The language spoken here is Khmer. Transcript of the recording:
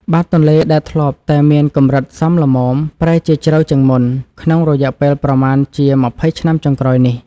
បាតទន្លេដែលធ្លាប់តែមានកម្រិតសមល្មមប្រែជាជ្រៅជាងមុន ក្នុងរយៈពេលប្រមាណជាម្ភៃឆ្នាំចុងក្រោយនេះ។